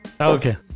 Okay